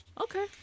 Okay